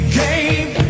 game